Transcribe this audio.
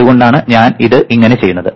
അതുകൊണ്ടാണ് ഞാൻ ഇത് ഇങ്ങനെ ചെയ്യുന്നത്